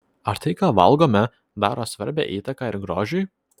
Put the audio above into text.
ar tai ką valgome daro svarbią įtaką ir grožiui